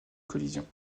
collisions